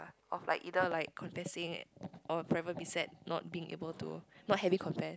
of like either like confessing or probably sad not being able to not having confess